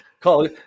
Call